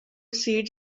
seeds